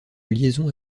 liaison